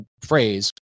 phrase